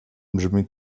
brzmi